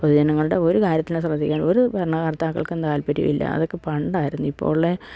പൊതുജനങ്ങളുടെ ഒരു കാര്യത്തിനും ശ്രദ്ധിക്കാൻ ഒരു ഭരണ കർത്താക്കൾക്കും താല്പര്യമില്ല അതൊക്കെ പണ്ടായിരുന്നു ഇപ്പോൾ ഉള്ള